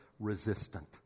resistant